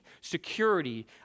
security